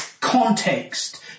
context